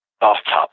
bathtub